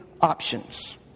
options